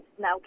now